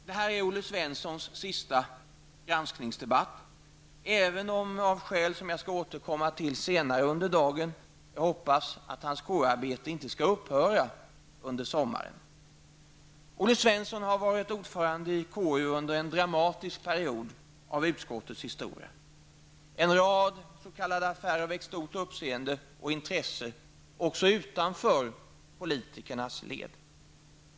Detta är Olle Svenssons sista granskningsdebatt, även om -- av skäl som jag skall återkomma till senare under dagen -- jag hoppas att hans KU-arbete inte skall upphöra under sommaren. Olle Svensson har varit ordförande i KU under en dramatisk period av utskottets historia. En rad s.k. affärer har väckt stort uppseende och intresse -- också utanför politikernas led.